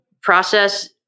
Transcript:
process